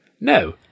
No